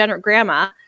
grandma